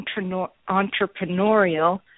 entrepreneurial